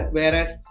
Whereas